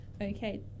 Okay